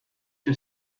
two